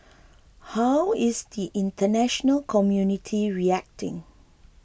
how is the international community reacting